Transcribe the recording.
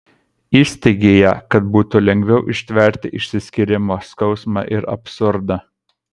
įsiteigei ją kad būtų lengviau ištverti išsiskyrimo skausmą ir absurdą